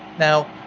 now,